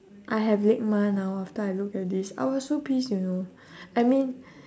I have LIGMA now after I look at this I was so pissed you know I mean